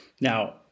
Now